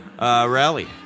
Rally